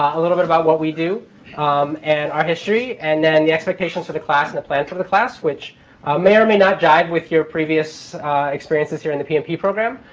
a little bit about what we do um and our history. and then the expectations for the class and the plan for the class, which may or may not jibe with your previous experiences here in the pmp program.